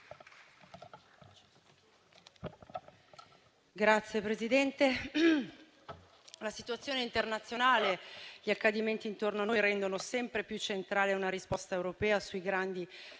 Signor Presidente, la situazione internazionale e gli accadimenti intorno a noi rendono sempre più centrale una risposta europea sui grandi temi